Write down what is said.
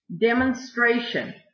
demonstration